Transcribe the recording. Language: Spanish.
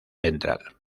ventral